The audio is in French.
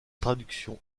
traduction